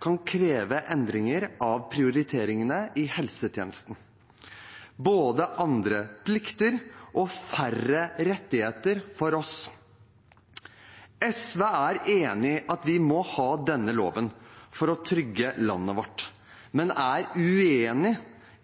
kan kreve endringer av prioriteringene i helsetjenesten, både andre plikter og færre rettigheter for oss. SV er enig i at vi må ha denne loven for å trygge landet vårt, men er uenig